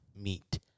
meet